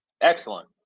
Excellent